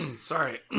sorry